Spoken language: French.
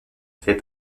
fait